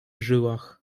żyłach